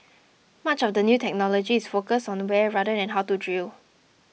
much of the new technology is focused on where rather than how to drill